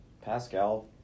Pascal